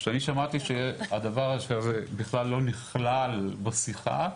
כשאני שמעתי שהדבר הזה בכלל לא נכלל בשיחה,